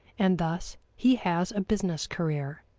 and thus he has a business career.